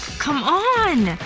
come on,